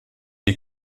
est